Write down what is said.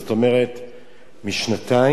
משנתיים לשבע שנים.